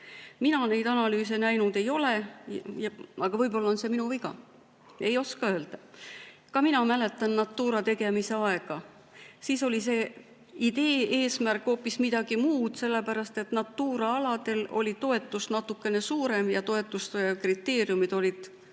Mina neid analüüse näinud ei ole. Aga võib-olla on see minu viga, ei oska öelda. Ka mina mäletan Natura tegemise aega. Siis oli see idee ja eesmärk hoopis midagi muud, sellepärast et Natura aladel oli toetus natukene suurem ja toetuste kriteeriumid olid